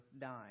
dying